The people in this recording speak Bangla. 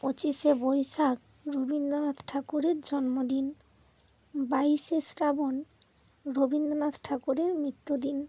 পঁচিশে বৈশাখ রবীন্দ্রনাথ ঠাকুরের জন্মদিন বাইশে শ্রাবণ রবীন্দ্রনাথ ঠাকুরের মৃত্যুদিন